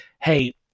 hey